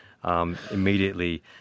Immediately